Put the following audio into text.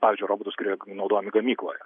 pavyzdžiui robotus kurie naudojami gamykloje